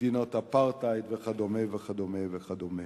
מדיניות אפרטהייד וכדומה וכדומה וכדומה?